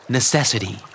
Necessity